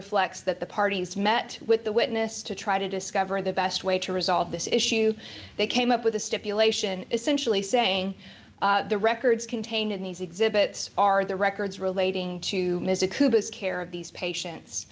reflects that the parties met with the witness to try to discover the best way to resolve this issue they came up with a stipulation essentially saying the records contained in these exhibits are the records relating to care of these patients